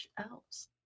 else